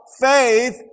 Faith